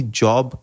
job